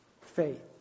faith